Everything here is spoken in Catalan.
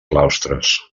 claustres